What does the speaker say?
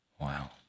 Wow